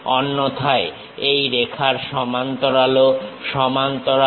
অন্যথায় এই রেখার সমান্তরালও সমান্তরাল